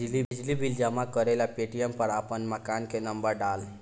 बिजली बिल जमा करेला पेटीएम पर आपन मकान के नम्बर डाल